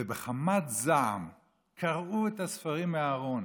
ובחמת זעם קרעו את הספרים מהארון,